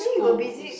go is